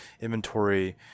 inventory